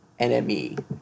NME